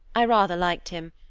i rather liked him,